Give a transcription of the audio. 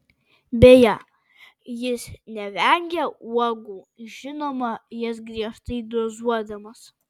beje jis nevengia uogų žinoma jas griežtai dozuodamas